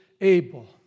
able